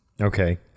Okay